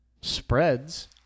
spreads